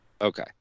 Okay